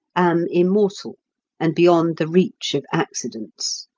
am immortal and beyond the reach of accidents.